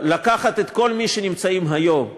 לקחת את כל מי שנמצאים היום במחנות,